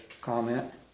comment